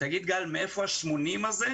מה פשר ההורדה.